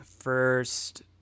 first